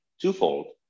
twofold